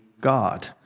God